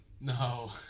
No